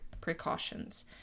precautions